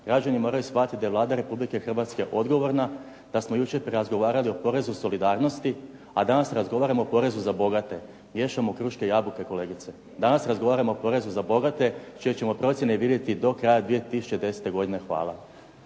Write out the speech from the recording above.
Građani moraju shvatiti da Vlada Republike Hrvatske odgovorna, da smo jučer razgovarali o porezu solidarnosti, a danas razgovaramo o porezu na bogate. Miješamo kruške i jabuke kolegice. Danas razgovaramo o porezu za bogate, čije ćemo procjene vidjeti do kraja 2010. godine. Hvala.